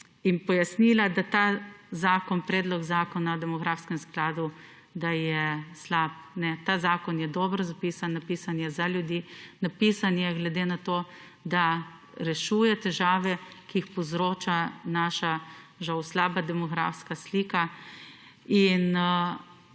jim pojasnila, da ta zakon, Predlog Zakona o demografskem skladu, da je slab. Ne. Ta zakon je dobro zapisan, napisan je za ljudi, napisan je glede na to, da rešuje težave, ki jih povzroča naša žal slaba demografska slika in